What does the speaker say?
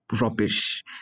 rubbish